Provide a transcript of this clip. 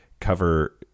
cover